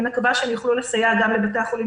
אני מקווה שהם יוכלו לסייע גם לבתי החולים